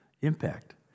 impact